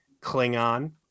Klingon